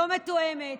לא מתואמת,